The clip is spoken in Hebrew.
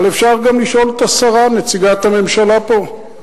אבל אפשר לשאול גם את השרה, נציגת הממשלה פה,